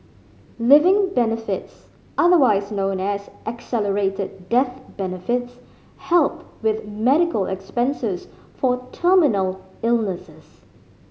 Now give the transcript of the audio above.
living benefits otherwise known as accelerated death benefits help with medical expenses for terminal illnesses